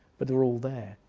but they were all there.